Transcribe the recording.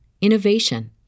innovation